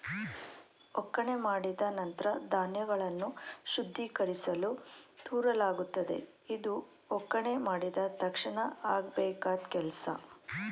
ಒಕ್ಕಣೆ ಮಾಡಿದ ನಂತ್ರ ಧಾನ್ಯಗಳನ್ನು ಶುದ್ಧೀಕರಿಸಲು ತೂರಲಾಗುತ್ತದೆ ಇದು ಒಕ್ಕಣೆ ಮಾಡಿದ ತಕ್ಷಣ ಆಗಬೇಕಾದ್ ಕೆಲ್ಸ